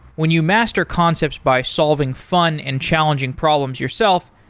when you master concepts by solving fun and challenging problems yourself,